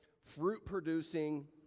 fruit-producing